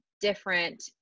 different